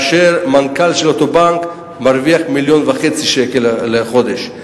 והמנכ"ל של אותו בנק מרוויח מיליון וחצי שקל בחודש.